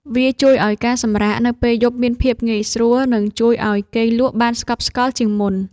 វាជួយឱ្យការសម្រាកនៅពេលយប់មានភាពងាយស្រួល និងជួយឱ្យគេងលក់បានស្កប់ស្កល់ជាងមុន។